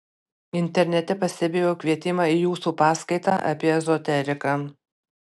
internete pastebėjau kvietimą į jūsų paskaitą apie ezoteriką